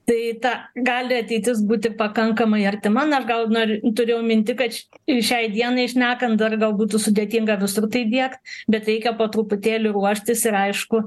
tai ta gali ateitis būti pakankamai artima na aš gal nor turiu minty kad ir šiai dienai šnekant dar gal būtų sudėtinga visur tai diegt bet reikia po truputėlį ruoštis ir aišku